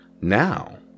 Now